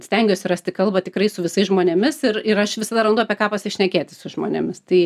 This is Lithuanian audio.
stengiuosi rasti kalbą tikrai su visais žmonėmis ir ir aš visada randu apie ką pasišnekėti su žmonėmis tai